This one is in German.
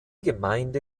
gemeinde